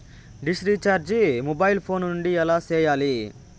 dish recharge mobile phone నుండి ఎలా సేయాలి